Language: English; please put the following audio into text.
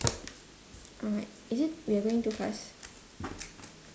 alright is it we're going too fast